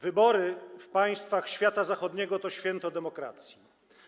Wybory w państwach świata zachodniego to święto demokracji.